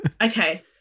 Okay